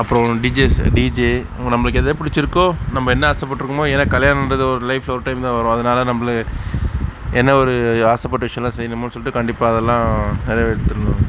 அப்புறம் DJs DJ நம்மளுக்கு எது பிடிச்சிருக்கோ நம்ப என்ன ஆசைப்பட்ருக்கோமோ ஏனால் கல்யாணன்கிறது ஒரு லைஃப்பில் ஒரு டைம் தான் வரும் அதனாலே நம்பளே என்ன ஒரு ஆசைப்பட்ட விஷயம்லாம் செய்யணுமோ சொல்லிட்டு கண்டிப்பாக அதெல்லாம் நிறைவேத்தணும்